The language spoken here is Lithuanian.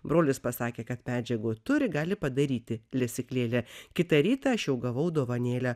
brolis pasakė kad medžiagų turi gali padaryti lesyklėlę kitą rytą aš jau gavau dovanėlę